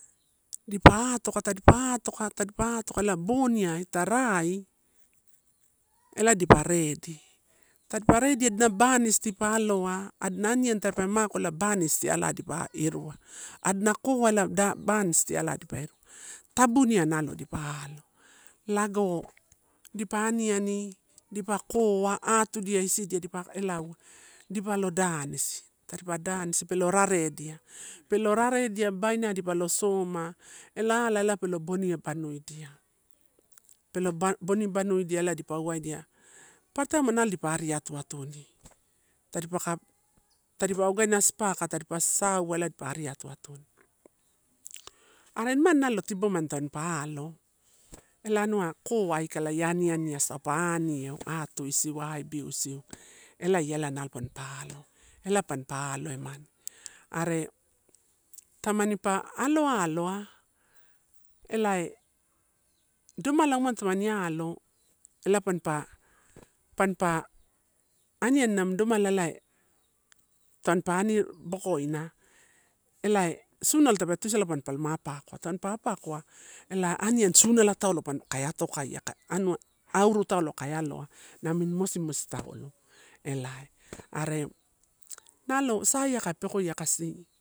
Dipa atoka, tadipa atoka, tadipa atoka ela boniai ta rai ela dipa redi, tadipa redi adina banisi dipa aloa, adina aniani tape mako ela banis tialai dipa irua, adi na koa ela banis tialai dipa irua. Tabuniai nalo dipa alo, lago dipa aniani dipa koa, atudia isidia dipa ela uowa dipa lo danisi tadipa danisi pelo raredia, pelo raredia babaina dipa lo soma ela ala belo boni abanuidia, pelo boni bamudia elo dipa uwa edia. Papara taimuai nalo dipa ariatuatuni tadipa ka, tadipa wagara sipaka aka tadipa saua ela dipa ari atuatuni. Are nimani nalo tibomani tampa alo ela anua koa aikala ia aniani aga, pa anieu, otuiisiu, aibuisiu ela ia ela panipa alo aloa elae, domala umano tamani alo ela panpa, panpa aniani namini domai a elae tampa ani bokoina, elae sunala tape tuisala pampa lama appakoa, tampa appakoa, ela anianisunala taulo kai atokaia. Kai, anua anua taulo kai aloa namini mosimosi taulo elae. Are nalo saiai pekoia kasi.